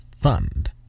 Fund